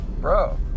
Bro